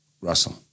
Russell